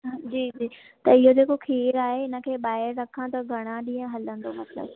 हा जी जी त इहो जेको खीरु आहे हिनखे ॿाहिरि रखां त घणा ॾींहं हलंदो मतलबु